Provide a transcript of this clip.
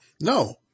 No